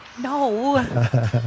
No